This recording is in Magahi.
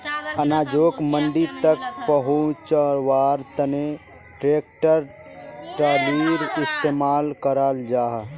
अनाजोक मंडी तक पहुन्च्वार तने ट्रेक्टर ट्रालिर इस्तेमाल कराल जाहा